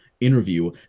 interview